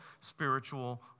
spiritual